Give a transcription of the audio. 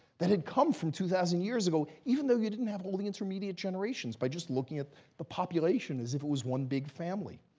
that had come from two thousand years ago, even though you didn't have all the intermediate generations, by just looking at the population as if it was one big family.